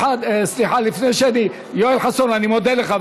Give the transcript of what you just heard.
סליחה, לפני שאני, יואל חסון, אני מודה לך.